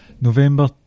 November